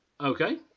Okay